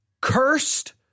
Cursed